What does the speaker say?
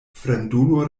fremdulo